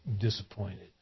disappointed